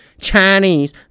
Chinese